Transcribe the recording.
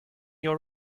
your